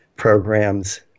programs